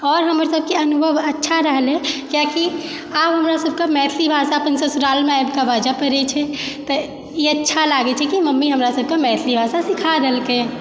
आओर हमरसबके अनुभव अच्छा रहलै किआकि आब हमरासबके मैथिली भाषा अपन ससुरालमे आबि कऽ बाजऽ परै छै तऽ ई अच्छा लागै छै कि मम्मी हमरासबके मैथिली भाषा सीखा देलकै